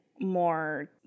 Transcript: more